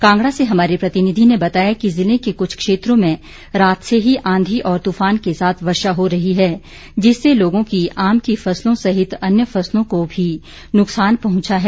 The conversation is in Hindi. कांगड़ा से हमारे प्रतिनिधी ने बताया कि जिले के कुछ क्षेत्रों में रात से ही आंधी और तुफान के साथ वर्षा हो रही है जिससे लोगों की आम की फसलों सहित अन्य फसलों को भी नुकसान पहुंचा है